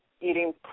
eating